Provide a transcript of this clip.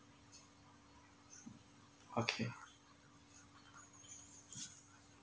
okay